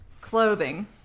clothing